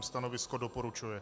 Stanovisko doporučuje.